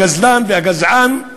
הגזלן והגזען,